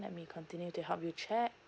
let me continue to help you check